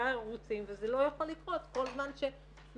ערוצים וזה לא יכול לקרות כל זמן שמתעכבים.